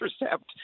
intercept